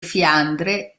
fiandre